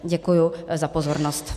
Děkuji za pozornost.